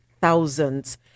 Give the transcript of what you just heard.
thousands